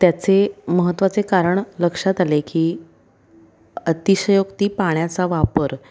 त्याचे महत्त्वाचे कारण लक्षात आले की अतिशयोक्ती पाण्याचा वापर